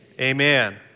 Amen